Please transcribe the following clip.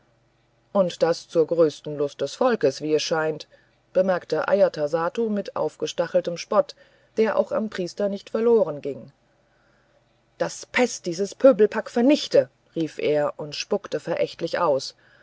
und das zur größten lust des volkes wie es scheint bemerkte ajatasattu mit aufstachelndem spott der auch am priester nicht verloren ging daß pest dieses pöbelpack vernichte rief er und spuckte verächtlich aus